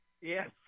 Yes